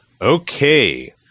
Okay